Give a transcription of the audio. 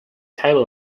taylor